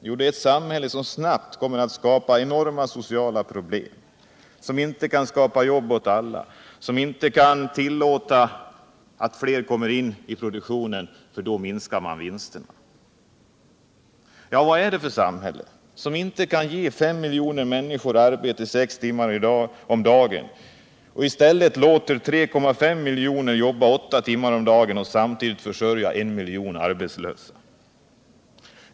Jo, det är ett samhälle som snabbt kommer att skapa enorma sociala problem, som inte kan skapa jobb åt alla, som inte kan tillåta att fler kommer in i produktionen, för då minskar vinsterna. Vad är det för samhälle som inte kan ge 5 miljoner människor arbete sex timmar per dag och i stället låter 3,5 miljoner jobba åtta timmar om dagen och samtidigt försörjer en miljon arbetslösa?